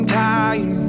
time